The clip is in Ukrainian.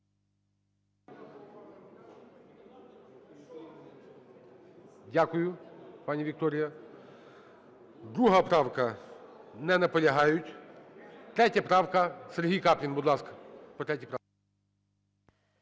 Дякую, пані Вікторія. 2 правка. Не наполягають. 3 правка. Сергій Каплін, будь ласка,